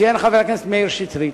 ציין חבר הכנסת מאיר שטרית,